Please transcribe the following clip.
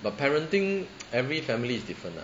but parenting every family is different lah